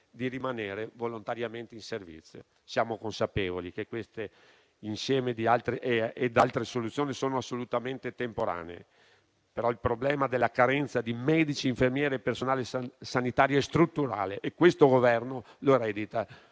di rimanere volontariamente in servizio. Siamo consapevoli che queste e altre soluzioni sono assolutamente temporanee, però il problema della carenza di medici, infermieri e personale sanitario è strutturale e questo Governo lo eredita,